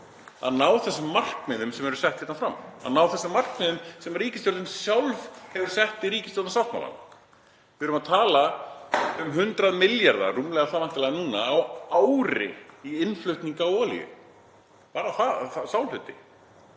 að ná þessum markmiðum sem eru sett hérna fram, að ná þessum markmiðum sem ríkisstjórnin sjálf hefur sett í ríkisstjórnarsáttmálann. Við erum að tala um 100 milljarða, væntanlega rúmlega það núna, á ári í innflutning á olíu, bara sá hluti.